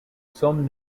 some